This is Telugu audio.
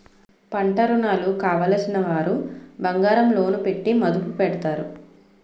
పంటరుణాలు కావలసినవారు బంగారం లోను పెట్టి మదుపు పెడతారు